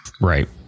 Right